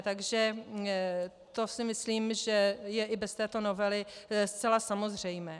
Takže to si myslím, že je i bez této novely zcela samozřejmé.